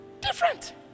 different